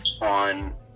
On